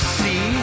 see